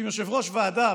שיושב-ראש ועדה,